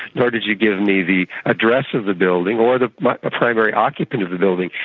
nor did you give me the address of the building, or the but ah primary occupant of the building,